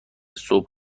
صبح